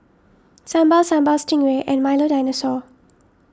Sambal Sambal Stingray and Milo Dinosaur